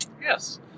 Yes